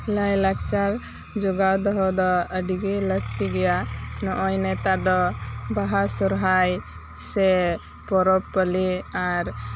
ᱞᱟᱭ ᱞᱟᱠᱪᱟᱨ ᱡᱚᱜᱟᱣ ᱫᱚᱦᱚ ᱫᱚ ᱟᱰᱤ ᱜᱮ ᱞᱟᱠᱛᱤ ᱜᱮᱭᱟ ᱱᱚᱜᱼᱚᱭ ᱱᱮᱛᱟᱨ ᱫᱚ ᱵᱟᱦᱟ ᱥᱚᱨᱦᱟᱭ ᱥᱮ ᱯᱚᱨᱚᱵᱽ ᱯᱟᱞᱤ ᱟᱨ